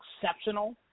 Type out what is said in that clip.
exceptional